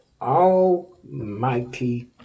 almighty